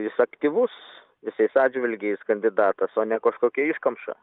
jis aktyvus visais atžvilgiais kandidatas o ne kažkokia iškamša